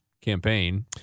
campaign